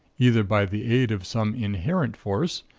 either by the aid of some inherent force,